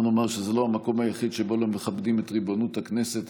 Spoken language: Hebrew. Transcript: בוא נאמר שזה לא המקום היחיד שבו לא מכבדים את ריבונות הכנסת,